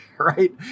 right